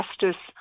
justice